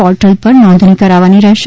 portal પર નોંધણી કરાવવાની રહેશે